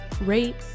rate